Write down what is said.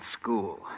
school